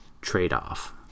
trade-off